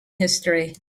history